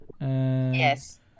yes